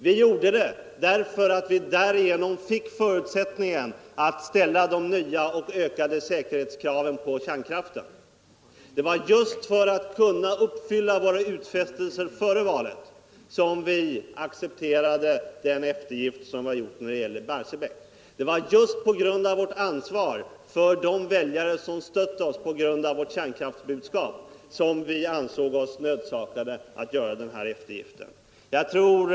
Vi gjorde denna eftergift därför att vi därigenom fick förutsättningen för att ställa de nya och ökade - Säkerhetskraven på kärnkraften. Det var just för att kunna uppfylla våra . utfästelser före valet som vi accepterade den eftergift som vi har gjort när det gäller Barsebäck. Det var just med tanke på vårt ansvar för de väljare som stödde oss på grund av vårt kärnkraftsbudskap som vi ansåg oss nödsakade att göra denna eftergift. Jag tror.